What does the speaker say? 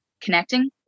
connecting